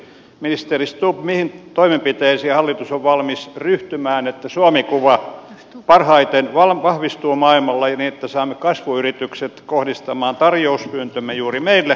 ministeri stubb mihin toimenpiteisiin hallitus on valmis ryhtymään että suomi kuva parhaiten vahvistuu maailmalla ja että saamme kasvuyritykset kohdistamaan tarjouspyyntömme juuri meille